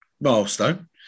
milestone